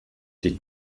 die